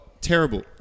Terrible